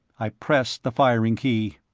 i pressed the firing key.